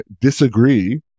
disagree